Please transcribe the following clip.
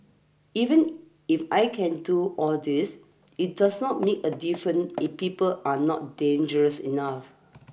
even if I can do all this it does not mean a difference if people are not dangerous enough